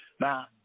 Now